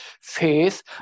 faith